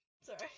Sorry